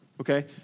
okay